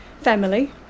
family